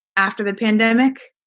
after the pandemic,